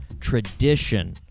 tradition